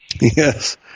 Yes